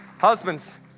husbands